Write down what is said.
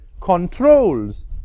controls